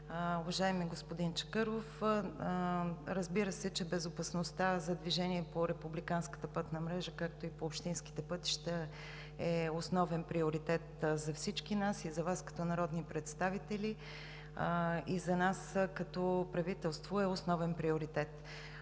Уважаеми господин Чакъров, разбира се, че безопасността за движение по републиканската пътна мрежа, както и по общинските пътища е основен приоритет за всички нас – и за Вас като народни представители, и за нас като правителство е основен приоритет.